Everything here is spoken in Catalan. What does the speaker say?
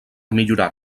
millorar